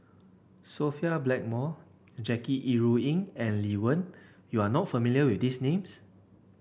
Sophia Blackmore Jackie Yi Ru Ying and Lee Wen you are not familiar with these names